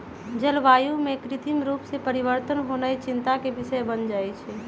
जलवायु में कृत्रिम रूप से परिवर्तन होनाइ चिंता के विषय बन जाइ छइ